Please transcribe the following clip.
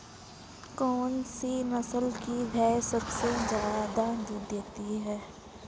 कौन सी नस्ल की भैंस सबसे ज्यादा दूध देती है?